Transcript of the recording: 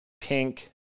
pink